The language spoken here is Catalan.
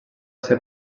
ser